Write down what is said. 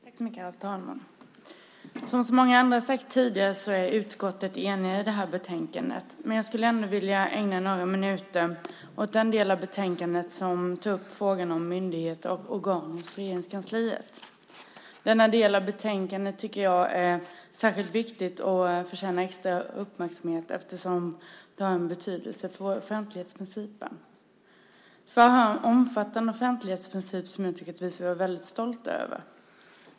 Herr talman! Som så många andra har sagt tidigare är utskottet enigt i betänkandet. Jag skulle ändå vilja ägna några minuter åt den del av betänkandet som tar upp frågan om myndigheter och organ i Regeringskansliet. Denna del av betänkandet är särskilt viktig och förtjänar extra uppmärksamhet eftersom det har betydelse för offentlighetsprincipen. Sverige har en omfattande offentlighetsprincip som vi ska vara stolta över.